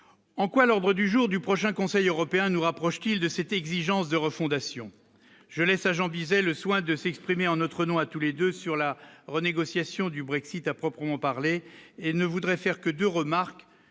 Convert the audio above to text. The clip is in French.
en quoi l'ordre du jour du prochain conseil européen nous rapproche-t-il de cette exigence de refondation, je laisse à Jean Bizet, le soin de s'exprimer en notre nom à tous les 2 sur la renégociation du Brexit à proprement parler et ne voudrait faire que 2 remarques